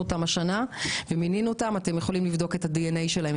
השנה שאתם יכולים לבדוק את ה-DNA שלהם,